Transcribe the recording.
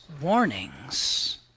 warnings